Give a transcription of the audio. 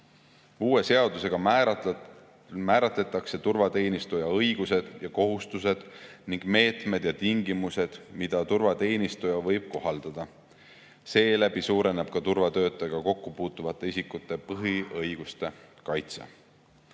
Uue seadusega määratletakse turvateenistuja õigused ja kohustused ning meetmed ja tingimused, mida turvateenistuja võib kohaldada. Seeläbi suureneb turvatöötajaga kokku puutuvate isikute põhiõiguste kaitse.